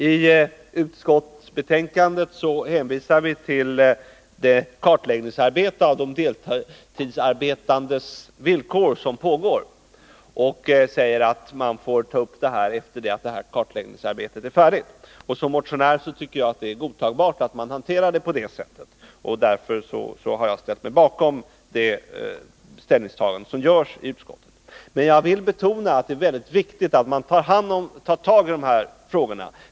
I utskottsbetänkandet hänvisar vi till den kartläggning av de deltidsarbetandes villkor som pågår och säger att man får ta upp frågan efter det att kartläggningsarbetet blivit färdigt. Som motionär tycker jag det är godtagbart att man hanterade det på det sättet. Därför har jag ställt mig bakom det ställningstagande som görs i utskottet. Men jag vill betona att det är väldigt viktigt att man tar tag i de här frågorna.